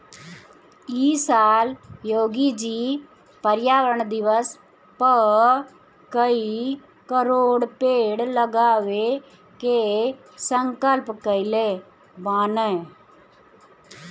इ साल योगी जी पर्यावरण दिवस पअ कई करोड़ पेड़ लगावे के संकल्प कइले बानअ